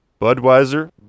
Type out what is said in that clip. Budweiser